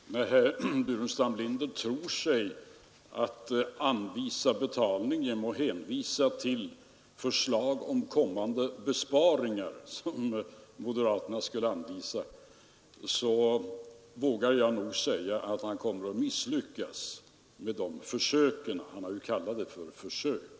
Herr talman! När herr Burenstam Linder tror sig om att kunna hitta betalningsmöjligheter genom att föreslå kommande besparingar, som moderaterna skulle ge anvisningar på, vågar jag säga att han kommer att misslyckas i sina försök. Han har ju själv kallat det för ett försök.